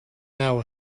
now